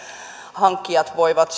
hankkijat voivat